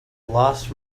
lost